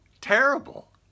terrible